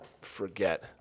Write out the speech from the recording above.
forget